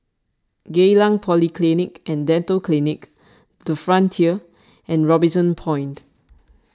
Geylang Polyclinic and Dental Clinic the Frontier and Robinson Point